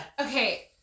Okay